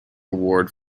award